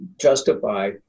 justify